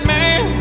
Man